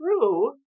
true